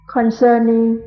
Concerning